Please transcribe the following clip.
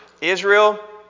Israel